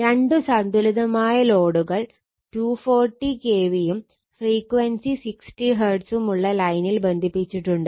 രണ്ട് സന്തുലിതമായ ലോഡുകൾ 240 kV യും ഫ്രീക്വൻസി 60 Hz ഉം ഉള്ള ലൈനിൽ ബന്ധിപ്പിച്ചിട്ടുണ്ട്